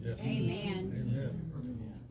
Amen